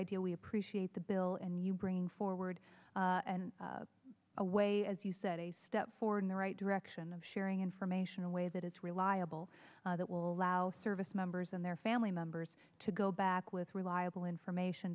idea we appreciate the bill and you bring forward and away as you said a step forward in the right direction of sharing information a way that it's reliable that will allow service members and their family members to go back with reliable information